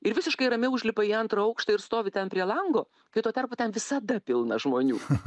ir visiškai ramiai užlipa į antrą aukštą ir stovi ten prie lango kai tuo tarpu ten visada pilna žmonių